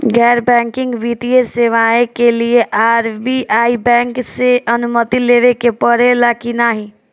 गैर बैंकिंग वित्तीय सेवाएं के लिए आर.बी.आई बैंक से अनुमती लेवे के पड़े ला की नाहीं?